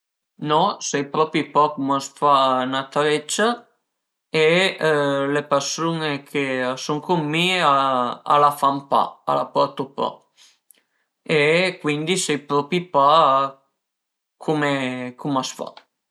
No sai propi pa cum a s'fa 'na treccia e le persun-e ch'a sun cun mi a la fan pa, a la portu pa e cuindi sai propi pa cum a s'fa